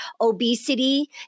obesity